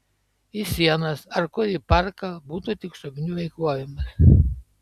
į sienas ar kur į parką būtų tik šovinių eikvojimas